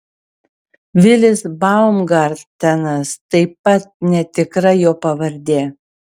vilis baumgartenas taip pat netikra jo pavardė